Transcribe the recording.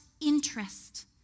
interest